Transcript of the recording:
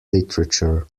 literature